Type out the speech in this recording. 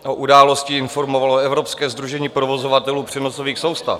O události informovalo Evropské sdružení provozovatelů přenosových soustav.